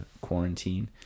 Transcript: quarantine